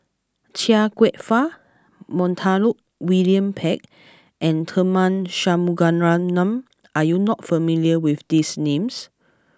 Chia Kwek Fah Montague William Pett and Tharman Shanmugaratnam are you not familiar with these names